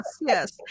yes